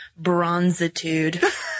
bronzitude